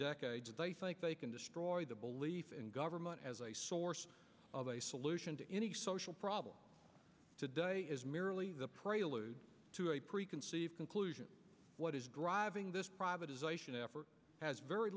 decades they think they can destroy the belief in government as a source of a solution to any social problem today is merely the prelude to a preconceived conclusion what is driving this privatization effort has very